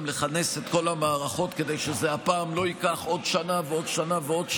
לכנס את כל המערכות כדי שהפעם זה לא ייקח עוד שנה ועוד שנה